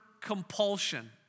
compulsion